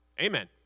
Amen